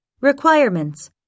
Requirements